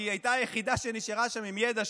כי היא היחידה שנשארה שם עם ידע,